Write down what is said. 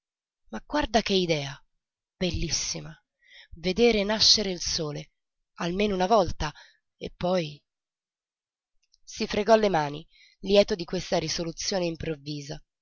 ma guarda che idea bellissima vedere nascere il sole almeno una volta e poi si fregò le mani lieto di questa risoluzione improvvisa